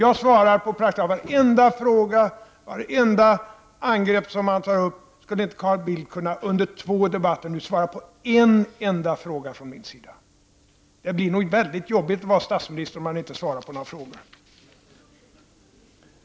Jag svarar på praktiskt taget varenda fråga och vartenda angrepp. Skulle inte Carl Bildt under två debatter kunna svara på en enda fråga jag ställer? Det blir nog väldigt jobbigt att vara statsminister om man inte svarar på några frågor.